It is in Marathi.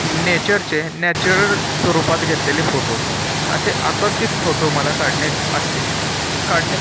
नेचरचे नॅचरल स्वरूपात घेतलेले फोटो असे आकर्षित फोटो मला काढणे ग अत्य काढणे